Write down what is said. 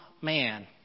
man